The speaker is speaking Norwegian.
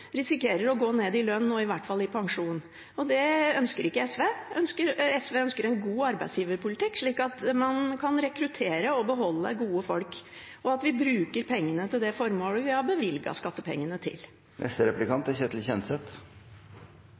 risikerer å gå ned i lønn og i hvert fall i pensjon. Det ønsker ikke SV. SV ønsker en god arbeidsgiverpolitikk, slik at man kan rekruttere og beholde gode folk, og slik at vi bruker pengene til det formålet vi har bevilget skattepengene til.